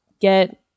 get